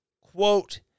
quote